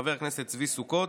חבר הכנסת צבי סוכות,